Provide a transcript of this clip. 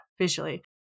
visually